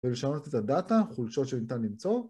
ולשנות את הדאטה, חולשות שניתן למצוא